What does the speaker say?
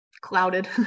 clouded